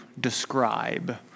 describe